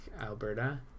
Alberta